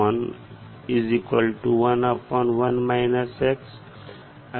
1 है